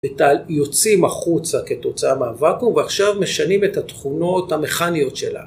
יוצאים החוצה כתוצאה מהוואקום, ועכשיו משנים את התכונות המכניות שלה